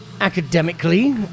academically